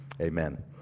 amen